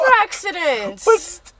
accidents